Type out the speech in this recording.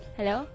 Hello